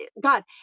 God